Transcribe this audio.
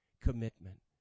commitment